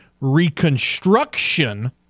reconstruction